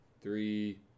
three